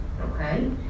Okay